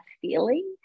feeling